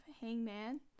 hangman